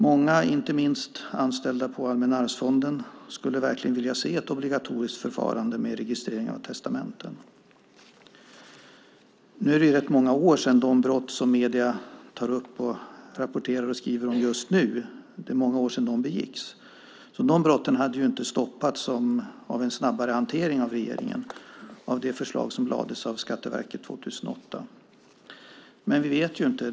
Många, inte minst anställda på Allmänna arvsfonden, skulle vilja se ett obligatoriskt förfarande med registrering av testamenten. Nu är det rätt många år sedan de brott begicks som medierna tar upp, rapporterar och skriver om just nu. De brotten hade inte stoppats av en snabbare hantering av regeringen av det förslag som lades fram av Skatteverket 2008. Men vi vet inte.